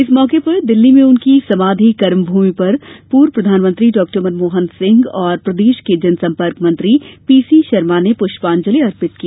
इस मौके पर दिल्ली में उनकी समाधि कर्मभूमि पर पूर्व प्रधानमंत्री डॉ मनमोहन सिंह और प्रदेश के जनसंपर्क मंत्री पीसी शर्मा ने पुष्पांजलि अर्पित की